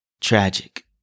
Tragic